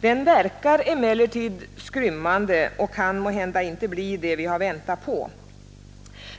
Den verkar emellertid skrymmande och är måhända inte vad vi har väntat på.